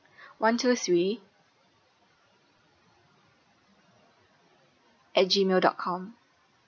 one two three at Gmail dot com